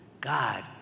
God